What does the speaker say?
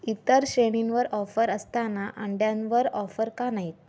इतर श्रेणींवर ऑफर असताना अंड्यांवर ऑफर का नाही